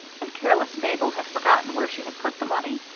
and careless mabel had forgotten where she had put the money.